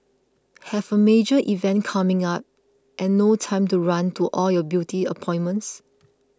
have a major event coming up and no time to run to all your beauty appointments